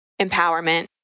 empowerment